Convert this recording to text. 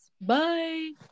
Bye